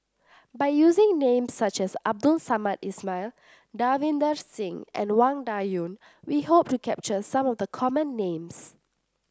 by using names such as Abdul Samad Ismail Davinder Singh and Wang Dayuan we hope to capture some of the common names